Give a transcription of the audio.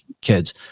kids